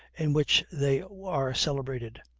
in which they are celebrated.